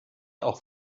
auch